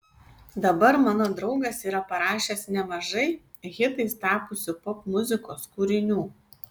dabar mano draugas yra parašęs nemažai hitais tapusių popmuzikos kūrinių